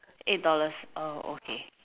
eight dollars oh okay